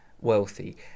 wealthy